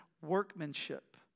workmanship